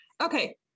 Okay